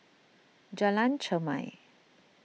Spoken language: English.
Jalan Chermai